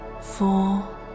four